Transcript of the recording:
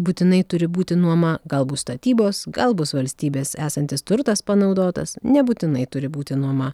būtinai turi būti nuoma gal bus statybos gal bus valstybės esantis turtas panaudotas nebūtinai turi būti nuoma